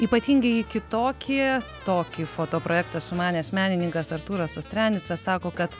ypatingieji kitokie tokį foto projektą sumanęs menininkas artūras ostrianica sako kad